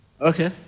Okay